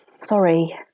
Sorry